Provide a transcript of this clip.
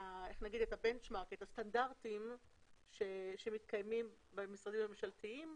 הסטנדרטים שמתקיימים במשרדים הממשלתיים,